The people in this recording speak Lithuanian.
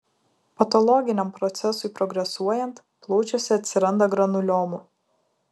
patologiniam procesui progresuojant plaučiuose atsiranda granuliomų